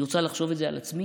אני רוצה לחשוב את זה על עצמי,